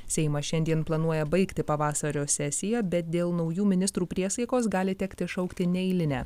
seimas šiandien planuoja baigti pavasario sesiją bet dėl naujų ministrų priesaikos gali tekti šaukti neeilinę